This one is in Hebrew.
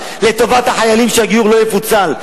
לטובת החיילים שהגיור לא יפוצל.